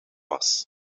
was